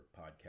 podcast